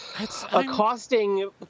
accosting